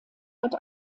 hat